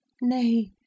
Nay